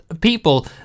people